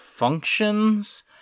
functions